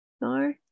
no